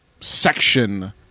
section